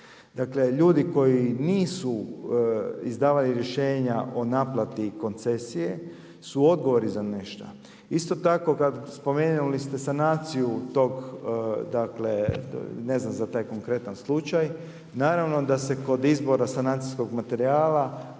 Dakle, ljudi koji nisu izdavali rješenja o naplati koncesije su odgovorni za nešto. Isto tako, spomenuli ste sanaciju tog, dakle ne znam za taj konkretan slučaj. Naravno da se kod izbora sanacijskog materijala